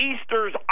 Easter's